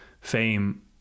fame